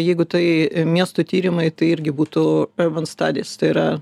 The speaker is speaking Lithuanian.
jeigu tai miestų tyrimai tai irgi būtų urban studies tai yra